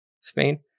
Spain